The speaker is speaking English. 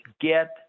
get